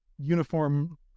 uniform